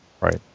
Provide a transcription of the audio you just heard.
Right